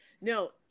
No